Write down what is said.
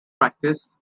practice